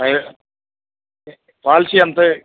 I policy ఎంత